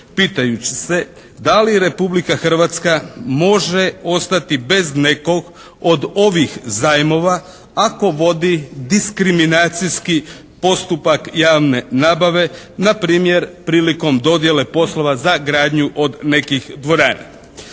pitajući se da li Republika Hrvatska može ostati bez nekog od ovih zajmova ako vodi diskriminacijski postupak javne nabave na primjer, prilikom dodjele poslova za gradnju od nekih dvorana.